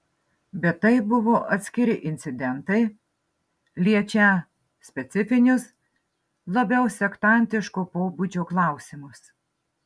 bet tai buvo atskiri incidentai liečią specifinius labiau sektantiško pobūdžio klausimus